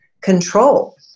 control